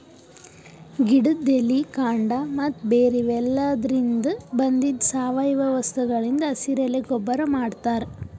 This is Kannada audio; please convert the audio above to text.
ಗಿಡದ್ ಎಲಿ ಕಾಂಡ ಮತ್ತ್ ಬೇರ್ ಇವೆಲಾದ್ರಿನ್ದ ಬಂದಿದ್ ಸಾವಯವ ವಸ್ತುಗಳಿಂದ್ ಹಸಿರೆಲೆ ಗೊಬ್ಬರ್ ಮಾಡ್ತಾರ್